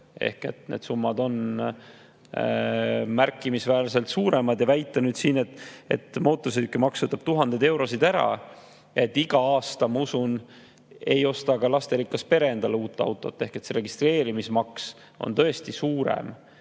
eurot. Need summad on märkimisväärselt suuremad. Väitsite nüüd siin, et mootorsõidukimaks võtab tuhandeid eurosid ära – iga aasta, ma usun, ei osta ka lasterikas pere endale uut autot. Registreerimismaks on tõesti suurem,